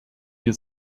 wir